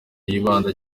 yibanda